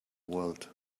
world